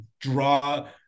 draw